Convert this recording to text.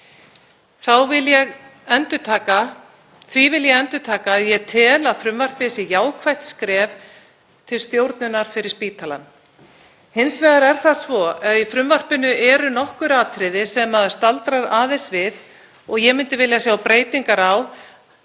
Því vil ég endurtaka að ég tel að frumvarpið sé jákvætt skref hvað varðar stjórn spítalans. Hins vegar er það svo að í frumvarpinu eru nokkur atriði sem ég staldra aðeins við og myndi vilja sjá breytingar á.